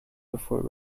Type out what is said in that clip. before